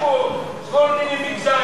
מה לעשות שיש פה כל מיני מגזרים,